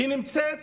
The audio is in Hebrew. נמצאת